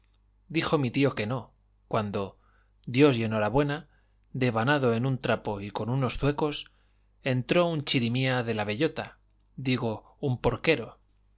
dijo mi tío que no cuando dios y enhorabuena devanado en un trapo y con unos zuecos entró un chirimía de la bellota digo un porquero